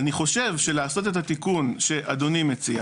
אני חושב שלעשות את התיקון שאדוני מציע